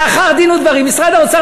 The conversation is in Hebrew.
לאחר דין ודברים משרד האוצר,